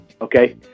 Okay